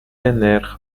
نرخ